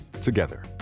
together